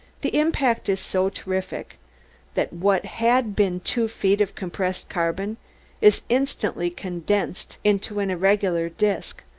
the impact is so terrific that what had been two feet of compressed carbon is instantly condensed into an irregular disk,